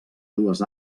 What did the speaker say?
dues